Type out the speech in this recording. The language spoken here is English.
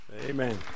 amen